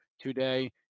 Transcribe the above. today